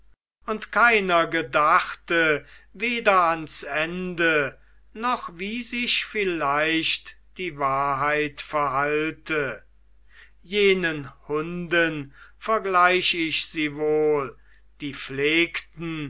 und keiner gedachte weder ans ende noch wie sich vielleicht die wahrheit verhalte jenen hunden vergleich ich sie wohl die pflegten